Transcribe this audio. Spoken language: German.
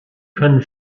können